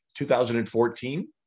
2014